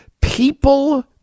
people